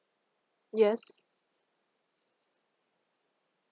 yes